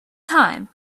time